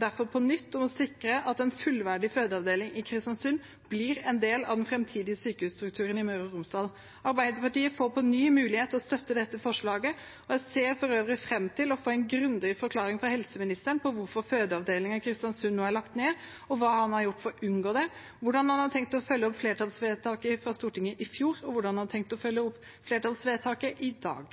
derfor på nytt forslag om å sikre at en fullverdig fødeavdeling i Kristiansund blir en del av den framtidige sykehusstrukturen i Møre og Romsdal. Arbeiderpartiet får på nytt mulighet til å støtte dette forslaget. Jeg ser for øvrig fram til å få en grundig forklaring fra helseministeren for hvorfor fødeavdelingen i Kristiansund nå er lagt ned, og hva han har gjort for å unngå det, hvordan han har tenkt å følge opp flertallsvedtaket fra Stortinget i fjor, og hvordan han har tenkt å følge opp flertallsvedtaket i dag.